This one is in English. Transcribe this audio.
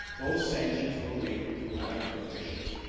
those sanctions relate to elected officials.